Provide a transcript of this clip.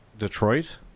Detroit